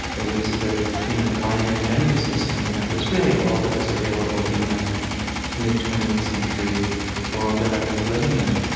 it was the you know the binary gender system that was really all that was available in the mid twentieth century world that i was living in.